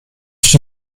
she